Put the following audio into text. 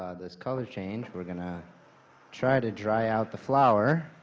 ah this color change, we're going to try to dry out the flower.